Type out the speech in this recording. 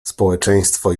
społeczeństwo